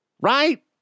Right